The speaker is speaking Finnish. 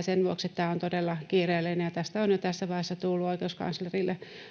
Sen vuoksi tämä on todella kiireellinen, ja kun tästä on jo tässä vaiheessa tullut oikeuskanslerille valituksia